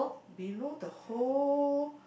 below the hole